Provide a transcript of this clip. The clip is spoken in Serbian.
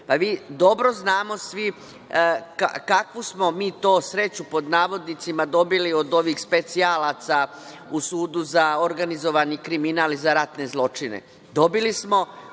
sudije. Dobro znamo svi kakvu smo mi to sreću, pod navodnicima, dobili od ovih specijalaca u Sudu za organizovani kriminal i za ratne zločine. Dobili smo